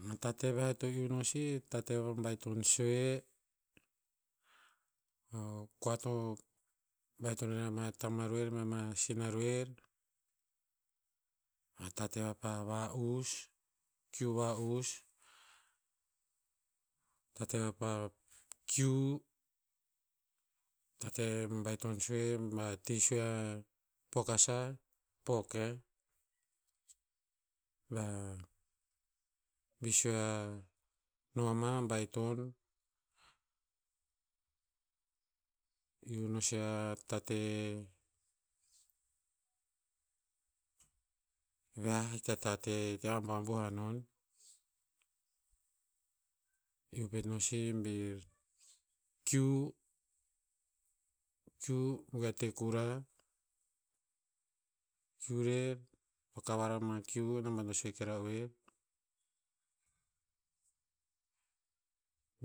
Ama tate ve to iu no si, tate va pa baiton sue. o kua to baiton rer ama tamaroer mea ma sinaroer, ma tate vapa va'us, kiu va'us tate va pa kiu, tate baiton sue, ba tii sue a pok asa, pok yah. mea bi sue asa noma baiton. Iu no si a tate viah, hi ta tate te va aboabuh hanon. Iu pet no si bir kiu- kiu goe a te kura, kiu rer, vakavar ama kiu a naban to sue ke raoer.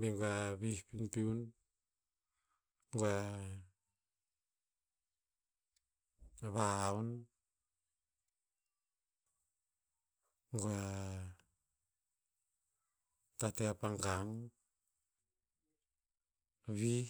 Be goe a vih piunpiun, goe a vahaun. goe a tate apa gang, vih.